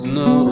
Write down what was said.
no